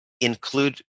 include